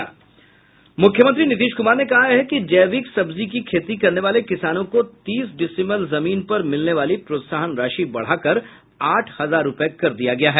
मुख्यमंत्री नीतीश कूमार ने कहा है कि जैविक सब्जी की खेती करने वाले किसानों को तीस डिसमिल जमीन पर मिलने वाली प्रोत्साहन राशि बढ़ाकर आठ हजार रुपये कर दिया गया है